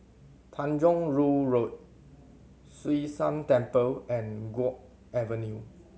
Tanjong Rhu Road Hwee San Temple and Guok Avenue